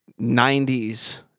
90s